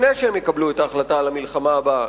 לפני שהם יקבלו את ההחלטה על המלחמה הבאה,